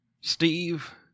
Steve